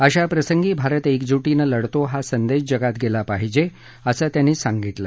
अशा प्रसंगी भारत एकजुटीनं लढतो हा संदेश जगात गेला पाहिजे असं ते म्हणाले